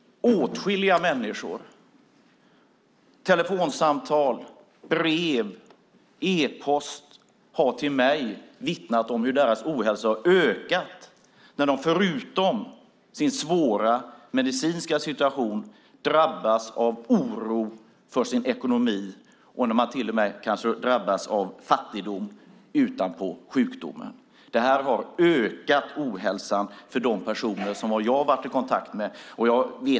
Åtskilliga människor har genom telefonsamtal, brev och e-post till mig vittnat om hur deras ohälsa har ökat när de förutom sin svåra medicinska situation har drabbats av oro för sin ekonomi. De har kanske till och med drabbats av fattigdom utanpå sjukdomen. Det här har ökat ohälsan för de personer som jag har varit i kontakt med.